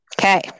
Okay